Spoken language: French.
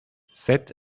sept